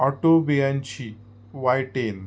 Autobianchi Y ten